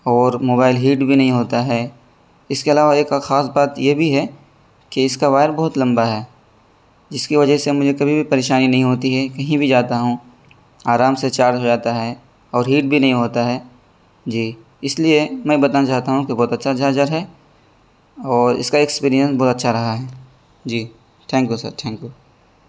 اور mobile heat بھی نہیں ہوتا ہے اس کے علاوہ ایک اور خاص بات یہ بھی ہے کہ اس کا وائر بہت لمبا ہے جس کی وجہ سے مجھے کبھی بھی پریشانی نہیں ہوتی ہے کہیں بھی جاتا ہوں آرام سے چارج ہو جاتا ہے اور ہیٹ بھی نہیں ہوتا ہے جی اس لیے میں بتانا چاہتا ہوں کہ بہت اچھا چارجر ہے اور اس کا اکسپیرئنس بہت اچھا رہا ہے جی thank you sir thank you